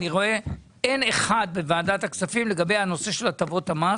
ואני רואה שאין אחד שמתנגד להטבות המס.